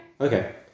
Okay